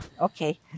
Okay